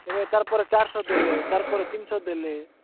ଏବେ ତା ପରେ ଚାରିଶହ ଦେଲେ ତା ପରେ ତିନିଶହ ଦେଲେ